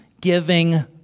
giving